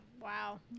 wow